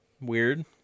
weird